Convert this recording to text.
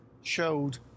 showed